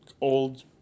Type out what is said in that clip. old